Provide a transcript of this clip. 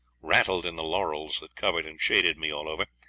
rattled in the laurels that covered and shaded me all over,